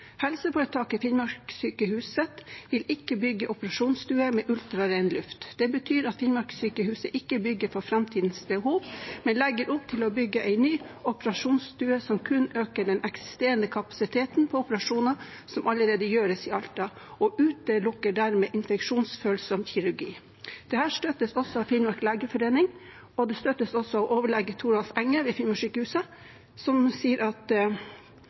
Helseforetaket Finnmarkssykehuset vil ikke bygge operasjonsstuer med ultraren luft. Det betyr at Finnmarkssykehuset ikke bygger på framtidens behov, men legger opp til å bygge en ny operasjonsstue som kun øker den eksisterende kapasiteten på operasjoner som allerede gjøres i Alta, og utelukker dermed infeksjonsfølsom kirurgi. Dette støttes også av Finnmark legeforening og av overlege Thoralf Enge i Finnmarkssykehuset, som sier at det vil gi økt kapasitet … Takk, presidenten vil minna om at det